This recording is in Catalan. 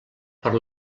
per